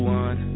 one